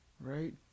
Right